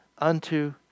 unto